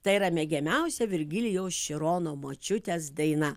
tai yra mėgiamiausia virgilijaus širono močiutės daina